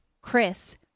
Chris